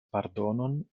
pardonon